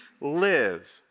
live